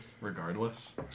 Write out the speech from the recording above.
Regardless